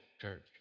church